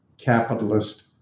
capitalist